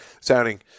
sounding